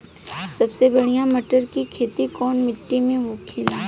सबसे बढ़ियां मटर की खेती कवन मिट्टी में होखेला?